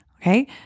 Okay